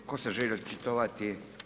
Tko se želi očitovati?